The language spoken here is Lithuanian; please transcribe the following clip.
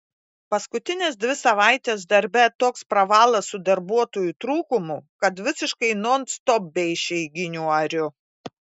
paskutines dvi savaites darbe toks pravalas su darbuotojų trūkumu kad visiškai nonstop be išeiginių ariu